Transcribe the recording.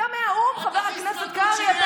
אתה מהאו"ם, חבר הכנסת קרעי.